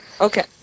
Okay